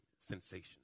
sensation